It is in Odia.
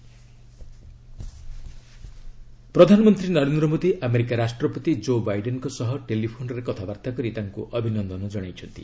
ପିଏମ୍ ୟୁଏସ୍ ପ୍ରେଜ୍ ପ୍ରଧାନମନ୍ତ୍ରୀ ନନେନ୍ଦ୍ର ମୋଦି ଆମେରିକା ରାଷ୍ଟ୍ରପତି ଜୋ ବାଇଡେନ୍ଙ୍କ ସହ ଟେଲିଫୋନ୍ରେ କଥାବାର୍ତ୍ତା କରି ତାଙ୍କୁ ଅଭିନନ୍ଦନ ଜଣାଇଛନ୍ତି